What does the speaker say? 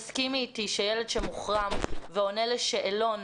תסכימי אתי שילד שמוחרם ועונה לשאלון,